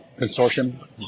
consortium